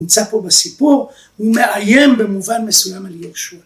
נמצא פה בסיפור, הוא מאיים במובן מסוים על יהושע.